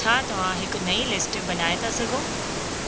छा तव्हां हिकु नई लिस्ट बणाइ था सघो